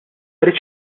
rridx